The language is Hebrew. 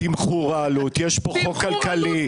תמחור העלות, יש פה חוק כלכלי.